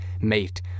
mate